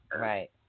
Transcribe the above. Right